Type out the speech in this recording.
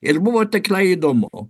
ir buvo tikrai įdomu